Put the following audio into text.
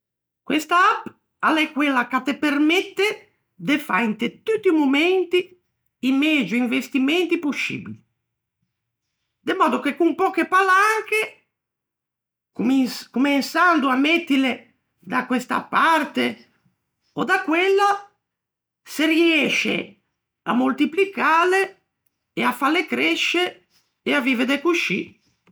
Questa app a l'é quella ch'a te permette de fâ inte tutti i momenti i megio investimenti poscibili, de mòddo che con pöche palanche, comensando à mettile da questa parte ò da quella, se riësce à moltiplicâle e à fâle cresce e à vive de coscì.